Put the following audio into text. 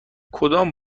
کدام